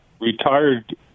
retired